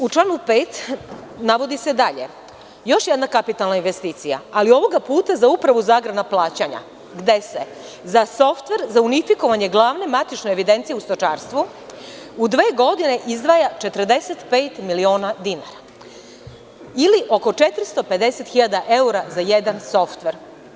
U članu 5. navodi se još jedna kapitalna investicija, ali ovoga puta za upravu za agrarna plaćanja, gde se za softver za unifikovanje glavne matične evidencije u stočarstvu, u dve godine, izdvaja 45 miliona dinara ili oko 450.000 evra za jedan softver.